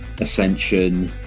ascension